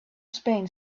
spain